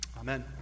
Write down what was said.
Amen